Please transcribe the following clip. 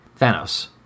Thanos